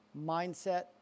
mindset